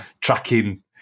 tracking